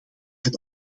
het